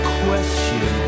question